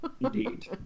Indeed